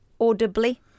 Audibly